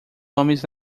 homens